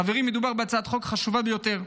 חברים, מדובר בהצעת חוק חשובה ביותר.